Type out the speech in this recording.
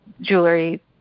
jewelry